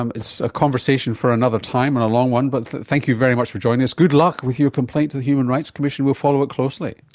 um it's a conversation for another time and a long one, but thank you very much be joining us. good luck with your complaint to the human rights commission. we'll follow it closely.